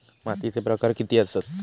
मातीचे प्रकार किती आसत?